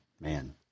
man